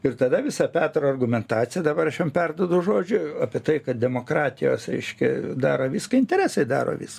ir tada visa petro argumentacija dabar aš jam perduodu žodžiu apie tai kad demokratijos reiškia daro viską interesai daro vis